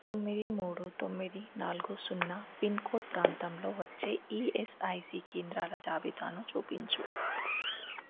తొమ్మిది మూడు తొమ్మిది నాలుగు సున్న పిన్కోడ్ ప్రాంతంలో వచ్చే ఈఎస్ఐసి కేంద్రాల జాబితాను చూపించు